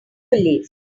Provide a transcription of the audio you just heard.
police